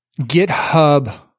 GitHub